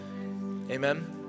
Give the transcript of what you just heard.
Amen